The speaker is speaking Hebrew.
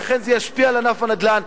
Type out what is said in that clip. ולכן זה ישפיע על ענף הנדל"ן.